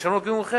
שישלמו לו כמומחה,